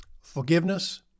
Forgiveness